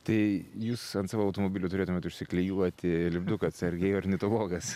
tai jūs savo automobiliui turėtumėt užsiklijuoti lipduką atsargiai ornitologas